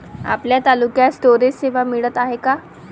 आपल्या तालुक्यात स्टोरेज सेवा मिळत हाये का?